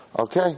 Okay